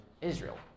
Israel